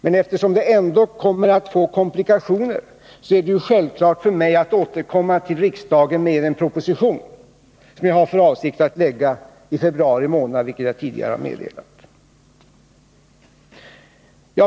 Men eftersom det ändå kommer att bli komplikationer, är det självklart för mig att återkomma till riksdagen med en proposition, som jag har för avsikt att lägga fram i februari månad, vilket jag tidigare har meddelat.